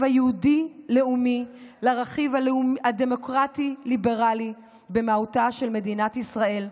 היהודי-לאומי לרכיב הדמוקרטי-ליברלי במהותה של מדינת ישראל,